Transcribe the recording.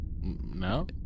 No